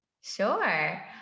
Sure